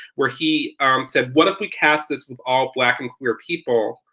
where he um said, what if we cast this with all black and queer people?